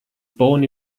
born